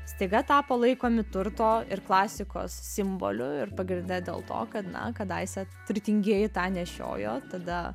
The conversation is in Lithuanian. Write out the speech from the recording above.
staiga tapo laikomi turto ir klasikos simboliu ir pagrinde dėl to kad na kadaise turtingieji tą nešiojo tada